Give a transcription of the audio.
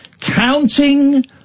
counting